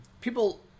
People